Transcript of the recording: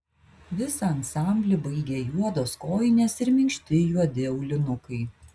visą ansamblį baigė juodos kojinės ir minkšti juodi aulinukai